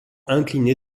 incliné